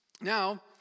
Now